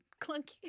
clunky